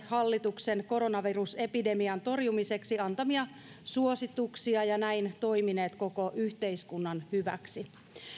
hallituksen koronavirusepidemian torjumiseksi antamia suosituksia ja näin toimineet koko yhteiskunnan hyväksi